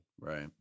Right